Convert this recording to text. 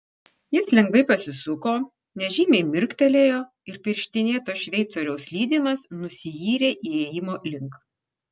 jis lengvai pasisuko nežymiai mirktelėjo ir pirštinėto šveicoriaus lydimas nusiyrė įėjimo link